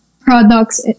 Products